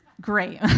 great